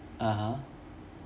(uh huh)